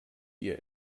ihr